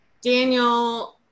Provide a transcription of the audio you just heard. Daniel